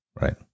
Right